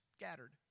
scattered